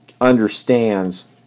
understands